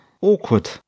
awkward